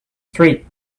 street